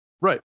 Right